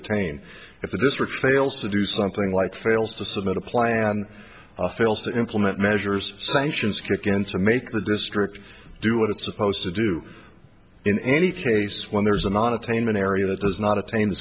attain if the district fails to do something like fails to submit a plan fails to implement measures sanctions kick in to make the district do what it's supposed to do in any case when there's a monetary in an area that does not attain